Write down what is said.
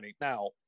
Now